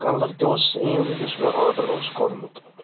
colour تہِ اوس same یُس مےٚ آرڈر اوس کوٚرمُت